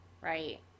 right